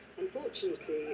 Unfortunately